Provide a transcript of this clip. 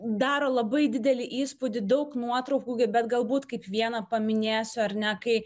daro labai didelį įspūdį daug nuotraukų bet galbūt kaip vieną paminėsiu ar ne kai